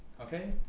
Okay